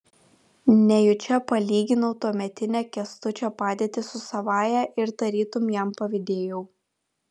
nejučia palyginau tuometinę kęstučio padėtį su savąja ir tarytum jam pavydėjau